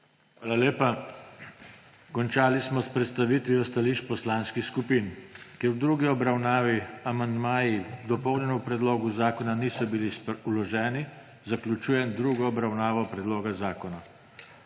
Hvala lepa. Končali smo s predstavitvijo stališč poslanskih skupin. Ker v drugi obravnavi amandmaji k dopolnjenemu predlogu zakona niso bili vloženi, zaključujem drugo obravnavo predloga zakona.